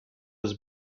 was